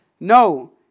No